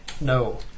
No